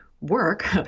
work